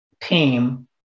Team